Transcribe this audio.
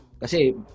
Kasi